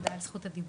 ותודה על זכות הדיבור,